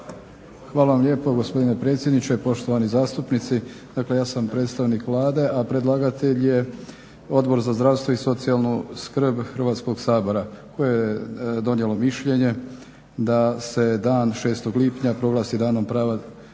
Hvala vam lijepo gospodine predsjedniče, poštovani zastupnici. Dakle, ja sam predstavnik Vlade, a predlagatelj je Odbor za zdravstvo i socijalnu skrb Hrvatskog sabora koje je donijelo mišljenje da se dan 6. lipnja proglasi Danom prava